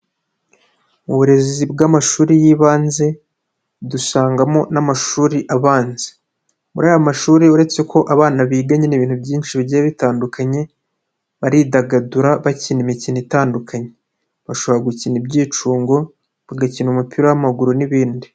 Mu burezi bw'amashuri y'ibanze dusangamo n'amashuri abanza, muri aya mashuri uretse ko abana biga nyine ibintu byinshi bigiye bitandukanye baridagadura bakina imikino itandukanye, bashobora gukina ibyicungo, bagakina umupira w'amaguru n'ibindi.